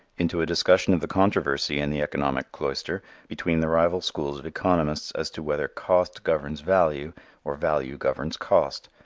into a discussion of the controversy in the economic cloister between the rival schools of economists as to whether cost governs value or value governs cost.